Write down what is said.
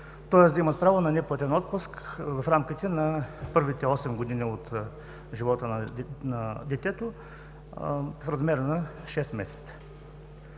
тоест да имат право на неплатен отпуск в рамките на първите осем години от живота на детето в размер на шест месеца.